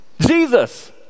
Jesus